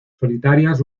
solitarias